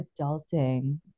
adulting